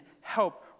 help